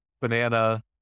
banana